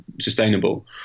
sustainable